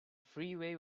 freeway